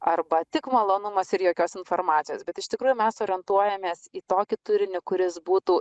arba tik malonumas ir jokios informacijos bet iš tikrųjų mes orientuojamės į tokį turinį kuris būtų